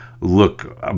look